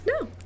No